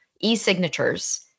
e-signatures